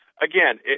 again